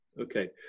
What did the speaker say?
Okay